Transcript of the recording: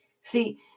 See